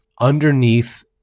underneath